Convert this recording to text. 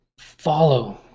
follow